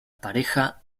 pareja